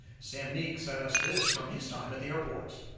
sam meek sent us this from his time at the airport.